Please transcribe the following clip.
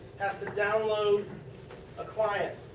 has to download a client.